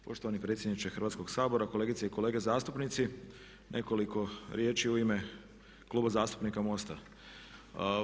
Poštovani predsjedniče Hrvatskog sabora, kolegice i kolege zastupnici, nekoliko riječi u ime Kluba zastupnika MOST-a.